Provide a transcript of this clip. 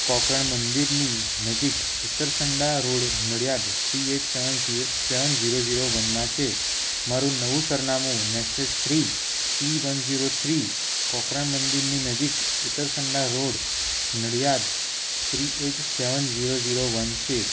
કોકરણ મંદિરની નજીક Uttarsanda road Nadiad three eight seven seven zero zero વનમાં છે મારું નવું સરનામું Nexus three C one zero three Kokaran મંદિરની નજીક Uttarsanda road Nadiad three eight seven zero zero one છે